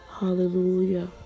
hallelujah